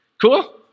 Cool